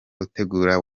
utegura